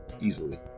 easily